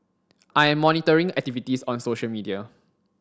I am monitoring activities on social media